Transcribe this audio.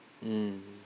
mm